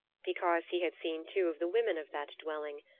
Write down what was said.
because he had seen two of the women of that dwelling,